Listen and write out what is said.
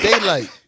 Daylight